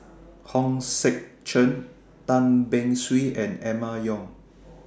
Hong Sek Chern Tan Beng Swee and Emma Yong